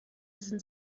sind